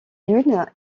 lune